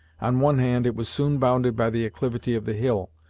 on one hand it was soon bounded by the acclivity of the hill,